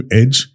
edge